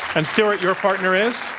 and, stewart, your partner is? oh,